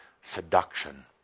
seduction